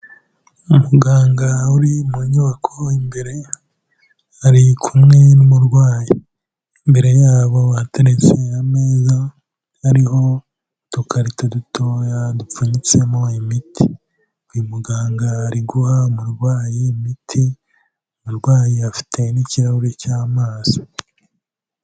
Umuganga uri mu nyubako imbere, ari kumwe n'umurwayi. Imbere yabo hateretse ameza, ariho udukarito dutoya dupfunyitsemo imiti. Uyu muganga ari guha umurwayi imiti, umurwayi afite n'ikirahuri cy'amazi.